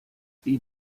wie